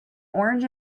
orange